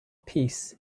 peace